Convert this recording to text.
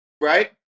right